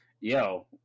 Yo